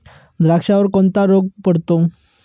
द्राक्षावर कोणता रोग पडतो?